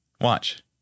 Watch